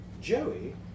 Joey